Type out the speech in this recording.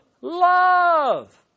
love